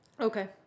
Okay